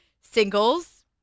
singles